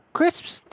crisps